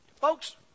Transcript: folks